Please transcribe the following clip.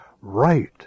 right